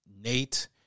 Nate